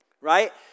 Right